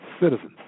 citizens